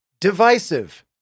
divisive